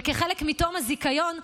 וכחלק מתום הזיכיון,